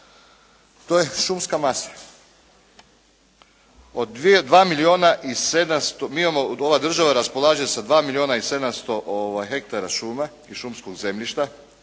2 milijuna 700, ova država raspolaže sa 2 milijuna 700 hektara šuma i šumskog zemljišta